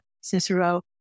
Cicero